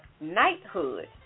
knighthood